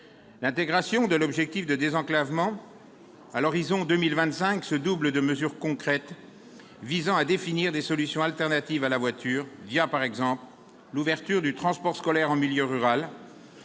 L'intégration de l'objectif de désenclavement à l'horizon 2025 se double de mesures concrètes visant à définir des solutions alternatives à la voiture,, par exemple, l'ouverture du transport scolaire en milieu rural